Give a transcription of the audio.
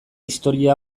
historia